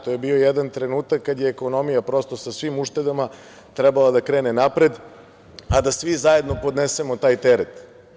To je bio jedan trenutak kada je ekonomija sa svim uštedama trebala da krene napred, a da svi zajedno podnesemo taj teret.